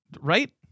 Right